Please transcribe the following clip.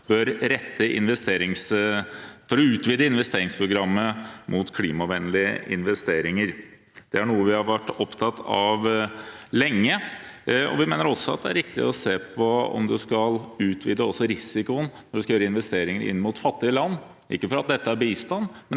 bør utvide investeringsprogrammet mot klimavennlige investeringer. Det er noe vi har vært opptatt av lenge. Vi mener også det er viktig å se på om man skal utvide risikoen når man skal gjøre investeringer inn mot fattige land – ikke for at dette er bistand,